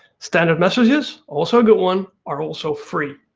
standard messages, or a surrogate one, are also free.